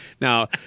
Now